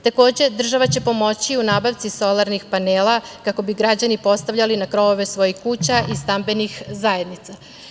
Takođe, država će pomoći u nabavci solarnih panela, kako bi građani postavljali na krovove svojih kuća i stambenih zajednica.